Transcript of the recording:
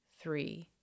three